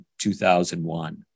2001